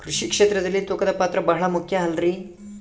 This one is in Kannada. ಕೃಷಿ ಕ್ಷೇತ್ರದಲ್ಲಿ ತೂಕದ ಪಾತ್ರ ಬಹಳ ಮುಖ್ಯ ಅಲ್ರಿ?